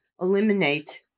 eliminate